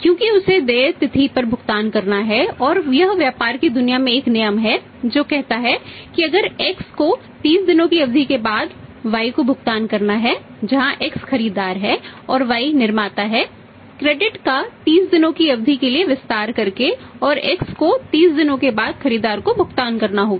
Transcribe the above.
क्योंकि उसे देय तिथि पर भुगतान करना है और यह व्यापार की दुनिया में एक नियम है जो कहता है कि अगर X को 30 दिनों की अवधि के बाद Y को भुगतान करना है जहां X खरीदार है और Y निर्माता है क्रेडिट अवधि 30 दिन है